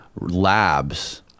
labs